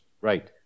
Right